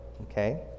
okay